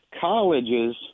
colleges